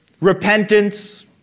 Repentance